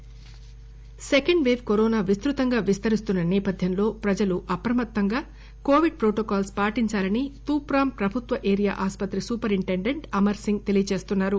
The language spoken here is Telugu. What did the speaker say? మెదక్ బెట్ సెకండ్ పేవ్ కరోనా విస్తృతంగా విస్తరిస్తున్న నేపథ్యంలో ప్రజలు అప్రమత్తంగా కోవిడ్ ప్రోటోకాల్స్ పాటించాలని తూప్రాస్ ప్రభుత్వ ఏరియా ఆసుపత్రి సూపరింటెండెంట్ అమర్ సింగ్ తెలియజేస్తున్నారు